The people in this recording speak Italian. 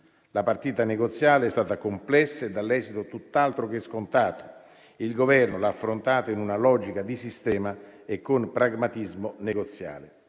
La partita negoziale è stata complessa e l'esito tutt'altro che scontato. Il Governo l'ha affrontata in una logica di sistema e con pragmatismo negoziale.